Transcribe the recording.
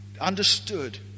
understood